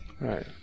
Right